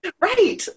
right